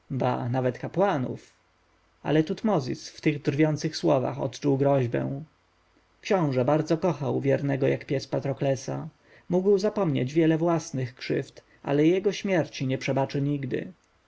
nawet kapłanów ale tutmozis w tych drwiących słowach odczuł groźbę książę bardzo kochał wiernego jak pies patroklesa mógł zapomnieć wiele własnych krzywd ale jego śmierci nie przebaczy nigdy